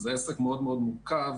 זה עסק מאוד-מאוד מורכב,